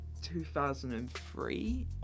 2003